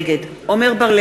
חבר הכנסת בר,